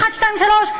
אחת-שתיים-שלוש,